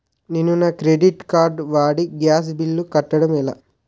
నేను నా credit card వాడి గ్యాస్ బిల్లు కట్టడం ఎలా?